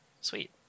Sweet